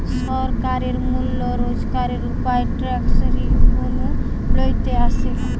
সরকারের মূল রোজগারের উপায় ট্যাক্স রেভেন্যু লইতে আসে